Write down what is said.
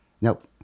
Nope